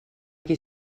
qui